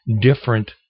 different